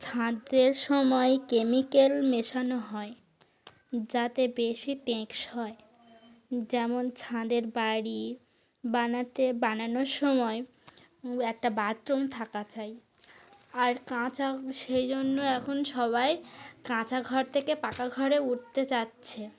ছাদের সময় কেমিক্যাল মেশানো হয় যাতে বেশি টেকসই হয় যেমন ছাদের বাড়ি বানাতে বানানোর সময় একটা বাথরুম থাকা চাই আর কাঁচা সেই জন্য এখন সবাই কাঁচা ঘর থেকে পাকা ঘরে উঠতে চাইছে